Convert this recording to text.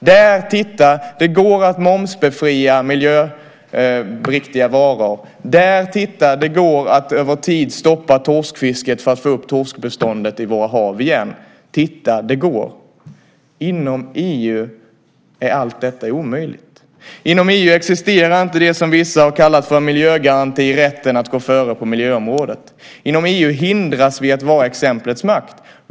Titta där, det går att momsbefria miljöriktiga varor! Titta där, det går att över tid stoppa torskfisket för att få upp torskbeståndet i våra hav igen! Titta, det går! Inom EU är allt detta omöjligt. Inom EU existerar inte det som vissa har kallat för miljögaranti, rätten att gå före på miljöområdet. Inom EU hindras vi att vara exemplets makt.